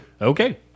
Okay